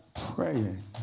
praying